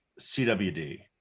CWD